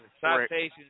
citations